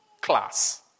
class